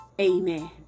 Amen